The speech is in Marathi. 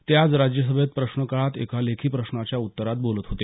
ते आज राज्यसभेत प्रश्नकाळात एका लेखी प्रश्नाच्या उत्तरात बोलत होते